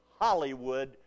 Hollywood